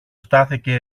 στάθηκε